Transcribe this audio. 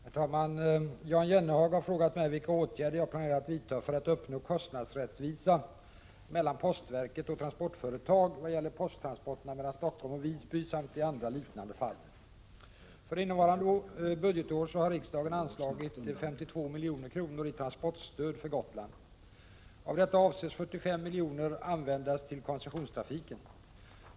Herr talman! Jan Jennehag har frågat mig vilka åtgärder jag planerar att vidta för att uppnå kostnadsrättvisa mellan postverket och transportföretag vad gäller posttransporterna mellan Stockholm och Visby samt i andra liknande fall. För innevarande budgetår har riksdagen anslagit 52 milj.kr. i transportstöd för Gotland. Av detta avses 45 milj.kr. användas till koncessionstrafiken.